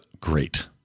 great